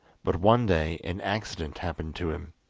but one day an accident happened to him,